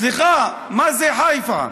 סליחה, מה זה חיפה?